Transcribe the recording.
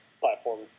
platform